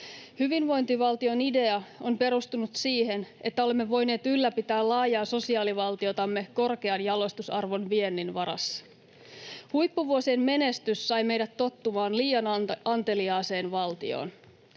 Hyvinvointivaltion idea on perustunut siihen, että olemme voineet ylläpitää laajaa sosiaalivaltiotamme korkean jalostusarvon viennin varassa. Huippuvuosien menestys sai meidät tottumaan liian anteliaaseen valtioon.